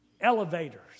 elevators